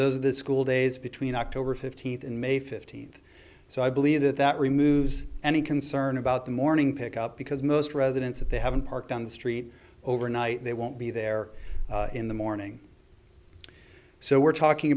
there's the school days between october fifteenth and may fifteenth so i believe that that removes any concern about the morning pick up because most residents if they haven't parked on the street overnight they won't be there in the morning so we're talking